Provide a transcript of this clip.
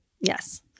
Yes